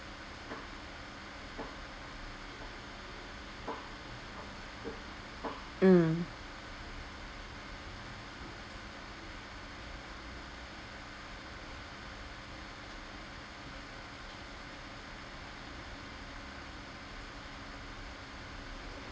mm